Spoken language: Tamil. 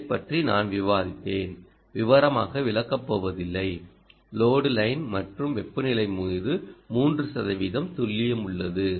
இதைப் பற்றி நான் விவாதித்தேன் விவரமாக விளக்கப்போவதில்லை லோடு லைன் மற்றும் வெப்பநிலை மீது 3 துல்லியம் உள்ளது